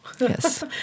Yes